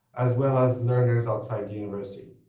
as well as learners outside the university.